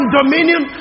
dominion